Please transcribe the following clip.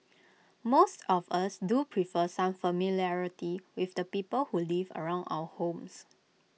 most of us do prefer some familiarity with the people who live around our homes